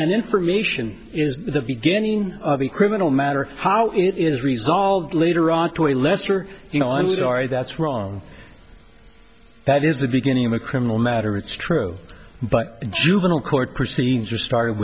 information is the beginning of a criminal matter how it is resolved later on to a lesser you know i'm sorry that's wrong that is the beginning of a criminal matter it's true but juvenile court proceedings are started